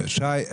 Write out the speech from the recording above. שי,